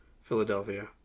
Philadelphia